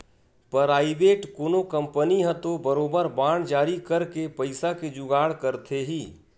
private कोनो company ह तो बरोबर बांड जारी करके पइसा के जुगाड़ करथे ही